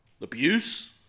abuse